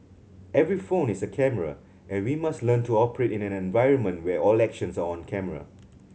every phone is a camera and we must learn to operate in an environment where all actions are on camera